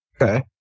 Okay